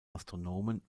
astronomen